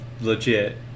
Legit